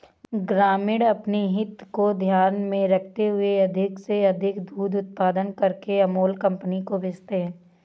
ग्रामीण अपनी हित को ध्यान में रखते हुए अधिक से अधिक दूध उत्पादन करके अमूल कंपनी को भेजते हैं